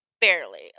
Barely